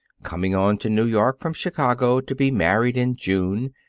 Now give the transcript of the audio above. coming on to new york from chicago to be married in june,